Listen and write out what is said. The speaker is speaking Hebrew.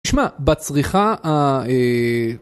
תשמע, בצריכה ה...